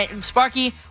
sparky